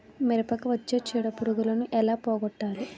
మిరపకు వచ్చే చిడపురుగును ఏల పోగొట్టాలి?